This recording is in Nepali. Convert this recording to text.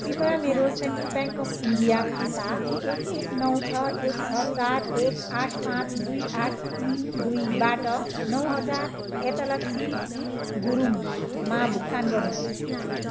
कृपया मेरो सेन्ट्रल ब्याङ्क अफ इन्डिया खाता एक एक नौ छ एक छ चार एक आठ पाँच दुई आठ तिन दुईबाट नौ हजार एतलक्षी गुरुङ मा भुक्तान गर्नुहोस्